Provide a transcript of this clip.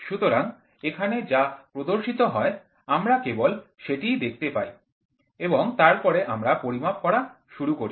সুতরাং এখানে যা প্রদর্শিত হয় আমরা কেবল সেটিই দেখতে পাই এবং তারপরে আমরা পরিমাপ করা শুরু করি